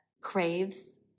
craves